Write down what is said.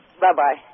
Bye-bye